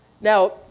Now